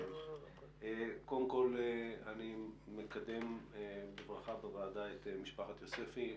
אני מקדם בברכה בוועדה את משפחת יוספי,